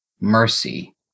mercy